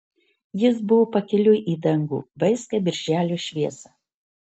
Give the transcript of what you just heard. jis buvo pakeliui į dangų vaiskią birželio šviesą